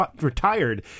retired